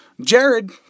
Jared